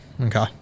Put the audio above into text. Okay